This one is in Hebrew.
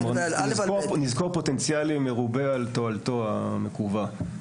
נזקו פוטנציאלי מרובה על תועלתו ---.